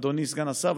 אדוני סגן השר,